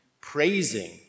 praising